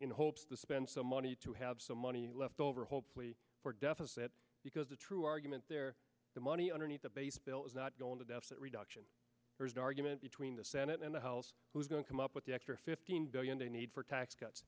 in hopes the spend some money to have some money left over hopefully for deficit because the true argument there the money underneath the base bill is not going to deficit reduction there's an argument between the senate and the house who's going to come up with the extra fifteen billion don't need for tax cuts